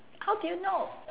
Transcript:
how do you know